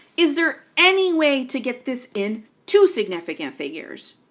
is there any way to get this in two significant figures?